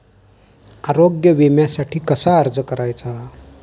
आरोग्य विम्यासाठी कसा अर्ज करायचा?